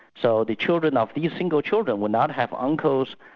so the children of these single children will not have uncles,